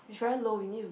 it's very low you need to